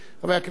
ואחריו,